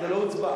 זה לא הוצבע.